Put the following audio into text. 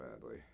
badly